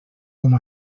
com